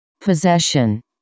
Possession